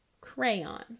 crayon